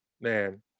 man